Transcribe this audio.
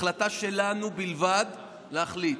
זו ההחלטה שלנו בלבד להחליט.